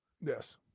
Yes